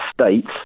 states